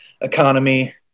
economy